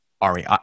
Ari